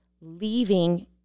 leaving